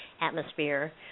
atmosphere